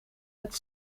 het